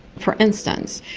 for instance,